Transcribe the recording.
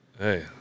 Hey